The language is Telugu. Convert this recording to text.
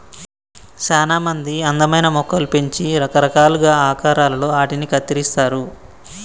సానా మంది అందమైన మొక్కలు పెంచి రకరకాలుగా ఆకారాలలో ఆటిని కత్తిరిస్తారు